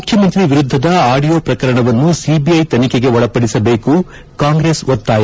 ಮುಖ್ಯಮಂತ್ರಿ ವಿರುದ್ದದ ಆಡಿಯೊ ಪ್ರಕರಣವನ್ನು ಸಿಬಿಐ ತನಿಖೆಗೆ ಒಳಪಡಿಸಬೇಕು ಕಾಂಗ್ರೆಸ್ ಒತ್ತಾಯ